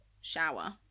shower